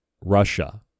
Russia